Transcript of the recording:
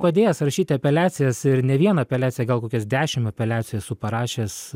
pradėjęs rašyti apeliacijas ir ne vieną apeliaciją gal kokias dešim apeliacijų esu parašęs